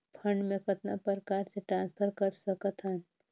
Fund मे कतना प्रकार से ट्रांसफर कर सकत हन?